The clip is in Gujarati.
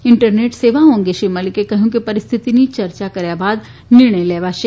ઇન્ટરનેટ સેવાઓ અંગે શ્રી મલિકે કહ્યું કે પરિસ્થિતિની ચર્ચા કર્યા બાદ નિર્ણય લેવાશે